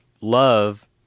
love